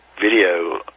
video